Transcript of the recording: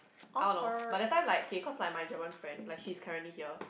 I don't know but that time like okay cause like my German friend she's currently here